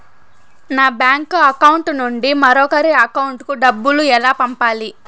నా bank account నుండి మరొకరి అకౌంట్ కు డబ్బులు ఎలా పంపాలి